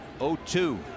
0-2